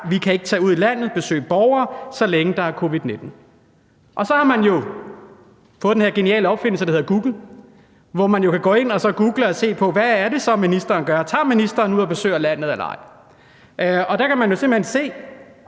Vi kan ikke tage ud i landet og besøge borgere, så længe der er covid-19. Og så har man jo fået den her geniale opfindelse, der hedder Google, hvor man kan ind og google og se på, hvad det så er, ministeren gør, om ministeren tager ud og besøger landet eller ej. Og der kan man jo simpelt hen se,